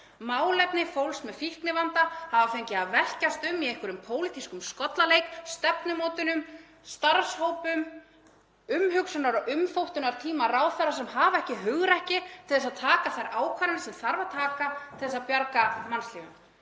málefni fólks með fíknivanda hafa fengið að velkjast um í einhverjum pólitískum skollaleik, stefnumótunum, starfshópum, umhugsunar- og umþóttunartíma ráðherra sem hafa ekki hugrekki til að taka þær ákvarðanir sem þarf að taka til að bjarga mannslífum,